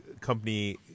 company –